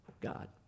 God